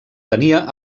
tenia